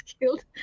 killed